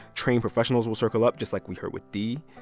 trained professionals will circle up, just like we heard with d,